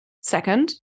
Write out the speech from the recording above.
Second